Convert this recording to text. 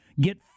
get